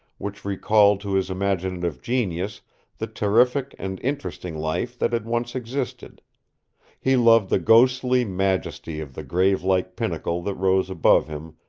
which recalled to his imaginative genius the terrific and interesting life that had once existed he loved the ghostly majesty of the grave-like pinnacle that rose above him,